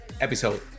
episode